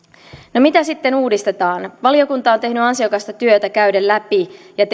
mitä sitten uudistetaan valiokunta on tehnyt ansiokasta työtä käyden läpi ja